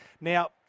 Now